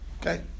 Okay